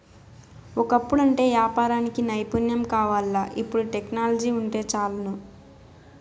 ఒకప్పుడంటే యాపారానికి నైపుణ్యం కావాల్ల, ఇపుడు టెక్నాలజీ వుంటే చాలును